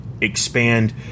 expand